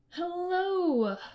Hello